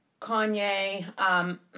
Kanye